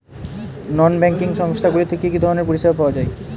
নন banking সংস্থা গুলিতে কি কি ধরনের পরিসেবা পাওয়া য়ায়?